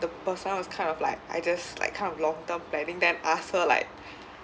the person was kind of like I just like kind of long term planning then ask her like